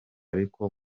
ariko